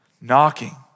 Knocking